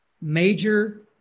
major